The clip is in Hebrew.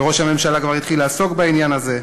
וראש הממשלה כבר התחיל לעסוק בעניין הזה,